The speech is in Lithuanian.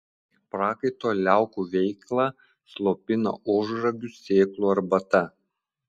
prakaito liaukų veiklą slopina ožragių sėklų arbata